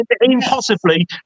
impossibly